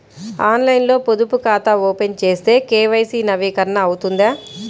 ఆన్లైన్లో పొదుపు ఖాతా ఓపెన్ చేస్తే కే.వై.సి నవీకరణ అవుతుందా?